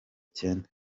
cyenda